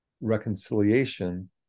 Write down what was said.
reconciliation